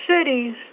cities